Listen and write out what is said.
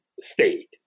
state